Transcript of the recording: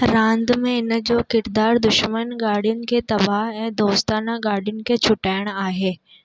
रांदि में इनजो किरदारु दुश्मन गाॾियुनि खे तबाहु ऐं दोस्ताना गाॾियुनि खे छुटाइण आहे